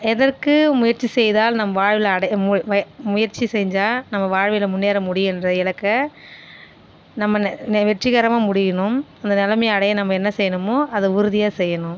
எதற்கு முயற்சி செய்தால் நம் வாழ்வில் அடைய மு முய முயற்சி செஞ்சால் நம்ம வாழ்வில் முன்னேற முடியுன்ற இலக்கை நம்ம நே நே வெற்றிகரமாக முடியணும் அந்த நிலமைய அடைய நம்ம என்ன செய்யணுமோ அதை உறுதியாக செய்யணும்